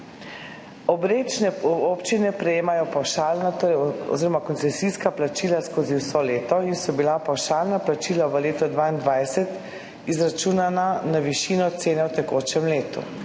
občine prejemajo pavšalna oziroma koncesijska plačila skozi vso leto in so bila pavšalna plačila v letu 2022 izračunana na višino cene v tekočem letu.